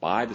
by the